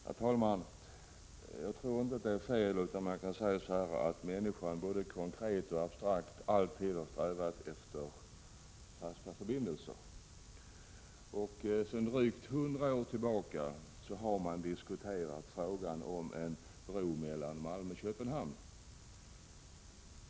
Herr talman! Jag tror inte det är fel att säga att människorna både konkret och abstrakt alltid har strävat efter fasta förbindelser. Sedan drygt 100 år tillbaka har man diskuterat frågan om en bro mellan Malmö och Köpenhamn.